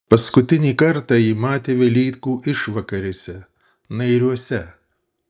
paskutinį kartą jį matė velykų išvakarėse nairiuose